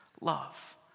love